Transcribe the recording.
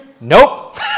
Nope